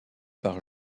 par